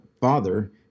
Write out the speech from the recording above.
Father